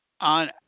on